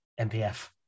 MPF